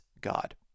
God